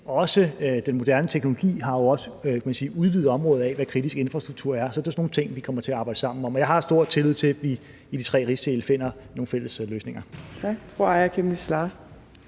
Og den moderne teknologi har jo også udvidet området for, hvad kritisk infrastruktur er. Så det er sådan nogle ting, vi kommer til at arbejde sammen om. Og jeg har stor tillid til, at vi i de tre rigsdele finder nogle fælles løsninger.